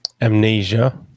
amnesia